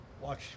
watch